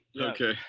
okay